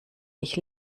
ich